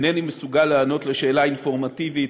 אינני מסוגל לענות על שאלה אינפורמטיבית,